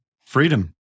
Freedom